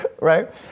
Right